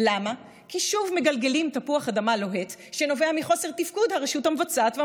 כי אנחנו לא רוצים שבסופו של דבר למידה מרחוק תהפוך לרחוק מלמידה.